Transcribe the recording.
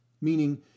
meaning